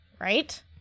Right